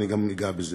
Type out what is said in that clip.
אני גם אגע בזה.